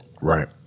Right